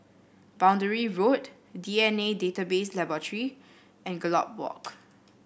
Boundary Road D N A Database Laboratory and Gallop Walk